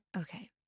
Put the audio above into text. okay